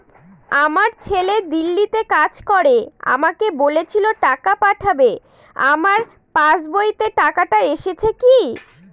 আমার ছেলে দিল্লীতে কাজ করে আমাকে বলেছিল টাকা পাঠাবে আমার পাসবইতে টাকাটা এসেছে কি?